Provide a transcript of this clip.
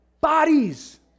bodies